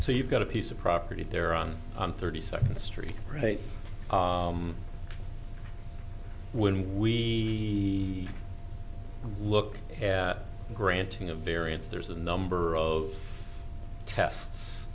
so you've got a piece of property there on i'm thirty second street right when we look at granting a variance there's a number of tests